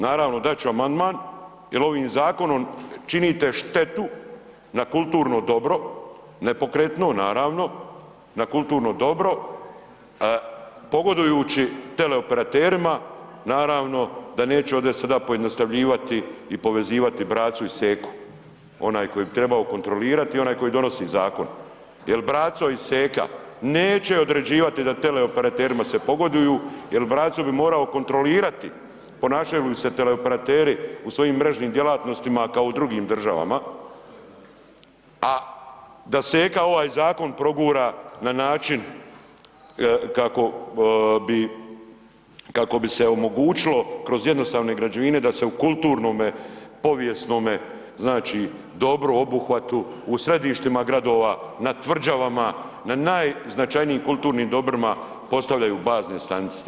Naravno, dat ću amandman jer ovim zakonom činite štetu na kulturno dobro, nepokretno naravno, na kulturno dobro pogodujući teleoperaterima naravno da neću ovde sada pojednostavljivati i povezivati bracu i seku, onaj tko bi trebao kontrolirati i onaj koji donosi zakon, jer braco i seka neće određivati da teleoperaterima se pogoduju jer braco bi morao kontrolirati, ponašali bi se teleoperateri u svojim mrežnim djelatnostima kao u drugim državama, a da seka ovaj zakon progura na način kako bi, kako bi se omogućilo kroz jednostavne građevine da se u kulturnome, povijesnome znači dobru, obuhvatu u središtima gradova, na tvrđavama, na najznačajnijim kulturnim dobrima postavljaju bazne stanice.